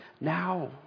now